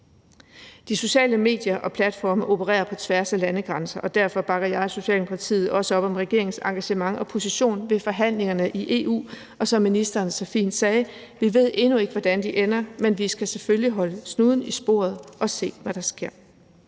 De sociale medier og platforme opererer på tværs af landegrænser, og derfor bakker jeg og Socialdemokratiet også op om regeringens engagement og position ved forhandlingerne i EU. Og som ministeren så fint sagde: Vi ved endnu ikke, hvordan de ender, men vi skal selvfølgelig holde snuden i sporet og se, hvad der sker.